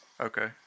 okay